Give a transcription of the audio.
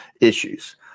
issues